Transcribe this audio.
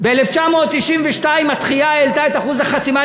ב-1992 התחיה העלתה את אחוז החסימה.